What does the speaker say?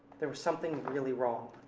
there was something really wrong.